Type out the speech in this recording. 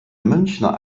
münchner